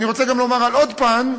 אני רוצה לציין עוד פן,